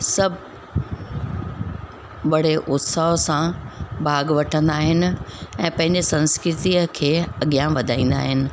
सभु बड़े उत्साह सां भाॻु वठंदा आहिनि ऐं पंहिंजी संस्कृती खे अॻियां वधाईंदा आहिनि